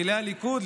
פעילי הליכוד,